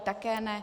Také ne.